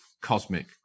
cosmic